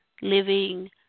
living